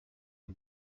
une